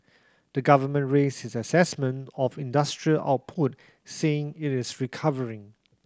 the government raised its assessment of industrial output saying it is recovering